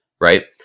right